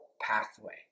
pathway